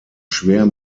schwer